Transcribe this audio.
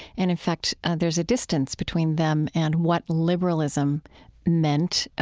and, in fact, there's a distance between them and what liberalism meant,